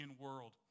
world